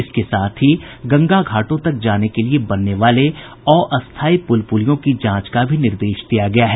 इसके साथ ही गंगा घाटों तक जाने के लिए बनने वाली अस्थायी पुल पुलियों की जांच का भी निर्देश दिया गया है